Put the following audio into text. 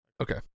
Okay